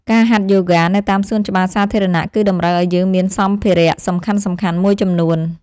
ការហាត់យូហ្គានៅតាមសួនច្បារសាធារណៈ គឺតម្រូវឲ្យយើងមានសម្ភារៈសំខាន់ៗមួយចំនួន។